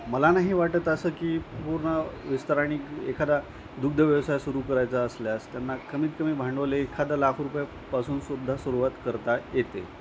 मला नाही वाटत असं की पूर्ण विस्तारणी एखादा दुग्धव्यवसाय सुरू करायचा असल्यास त्यांना कमीतकमी भांडवल हे एखादा लाख रुपयापासून सुद्धा सुरुवात करता येते